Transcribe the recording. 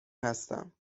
هستم